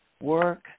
work